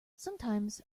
sometimes